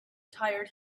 tired